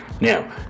now